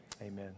Amen